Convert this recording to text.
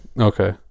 Okay